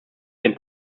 den